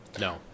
No